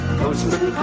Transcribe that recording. postman